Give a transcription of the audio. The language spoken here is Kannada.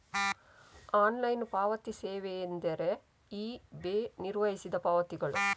ಆನ್ಲೈನ್ ಪಾವತಿ ಸೇವೆಯೆಂದರೆ ಇ.ಬೆ ನಿರ್ವಹಿಸಿದ ಪಾವತಿಗಳು